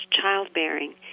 childbearing